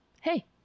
hey